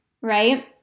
right